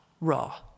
raw